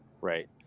Right